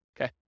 Okay